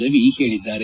ರವಿ ಹೇಳಿದ್ದಾರೆ